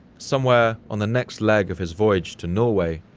somewhere on the next leg of his voyage to norway,